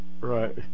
Right